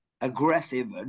aggressive